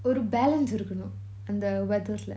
ஒரு:oru balance இருக்கனும் அந்த:irukanum antha the weather lah